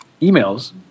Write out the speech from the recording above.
emails